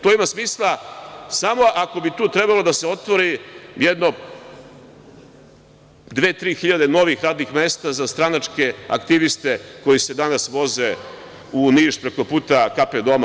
To ima smisla samo ako bi tu trebalo da se otvori jedno dve, tri hiljade novih radnih mesta za stranačke aktiviste koji se danas voze u Niš preko puta KP doma.